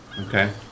Okay